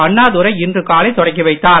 அண்ணாதுரை இன்று காலை தொடங்கி வைத்தார்